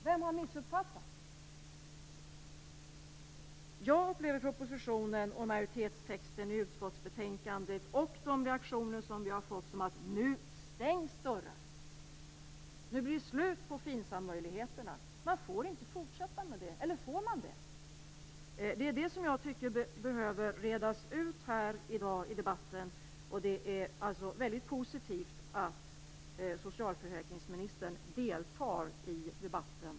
Vem har missuppfattat? Jag upplever det som att propositionen, majoritetens text i utskottsbetänkandet och de reaktioner vi har fått innebär att dörrarna stängs. Det blir slut på FINSAM. Man får inte fortsätta med det. Eller får man det? Det behöver redas ut här i dag i debatten. Det är positivt att socialförsäkringsministern deltar i debatten.